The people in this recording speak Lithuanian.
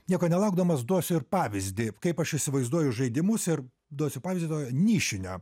nieko nelaukdamas duosiu ir pavyzdį kaip aš įsivaizduoju žaidimus ir duosiu pavyzdį nišinio